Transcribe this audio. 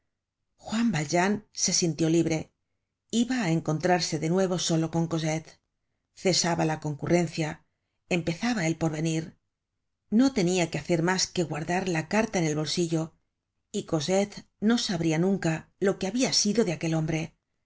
juan valjean se sintió libre iba á encontrarse de nuevo solo con cosette cesaba la concurrencia empezaba el porvenir no tenia que hacer mas que guardar la carta en el bolsillo y cose ite no sabria nunca lo que habia sido de aquel hombre no